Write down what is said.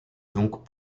donc